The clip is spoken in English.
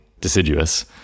deciduous